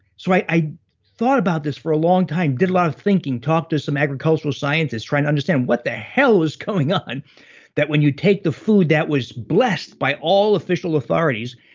so i i thought about this for a long time, did a lot of thinking, talked to some agricultural scientists trying to understand what the hell was going on that when you take the food that was blessed by all official authorities,